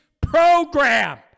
program